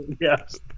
yes